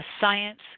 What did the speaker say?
Science